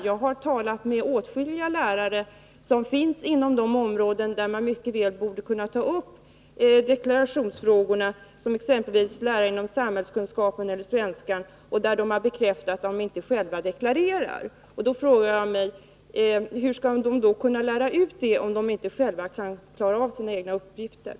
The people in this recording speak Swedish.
Jag har talat med åtskilliga lärare inom de områden där man mycket väl borde kunna ta upp deklarationsfrågor, exempelvis ämnena samhällskunskap och svenska, men som bekräftade att de själva inte deklarerar. Då frågar jag mig: Hur skall de kunna lära ut hur man deklarerar, om de inte själva kan klara sina egna deklarationer?